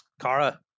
Kara